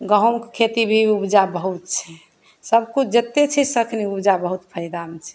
गहूॅंमके खेती भी उपजा बहुत छै सभकिछु जते छै से अखनी उपजा बहुत फायदामे छै